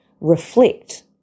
reflect